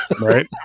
Right